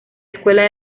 escuela